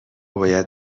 باید